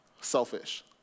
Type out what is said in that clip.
selfish